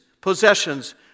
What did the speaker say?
possessions